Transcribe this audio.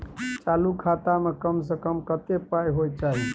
चालू खाता में कम से कम कत्ते पाई होय चाही?